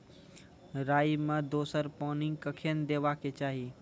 राई मे दोसर पानी कखेन देबा के चाहि?